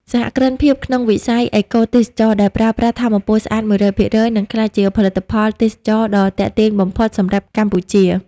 សហគ្រិនភាពក្នុងវិស័យ "អេកូទេសចរណ៍" ដែលប្រើប្រាស់ថាមពលស្អាត ១០០% នឹងក្លាយជាផលិតផលទេសចរណ៍ដ៏ទាក់ទាញបំផុតសម្រាប់កម្ពុជា។